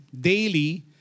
daily